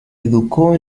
educó